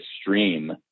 stream